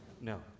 No